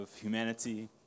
humanity